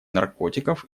наркотиков